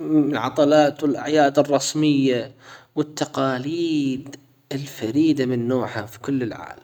العطلات والأعياد الرسمية والتقاليد الفريدة من نوعها في كل العالم.